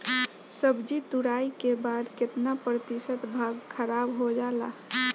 सब्जी तुराई के बाद केतना प्रतिशत भाग खराब हो जाला?